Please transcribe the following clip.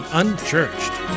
unchurched